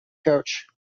coach